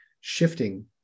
shifting